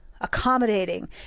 accommodating